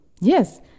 Yes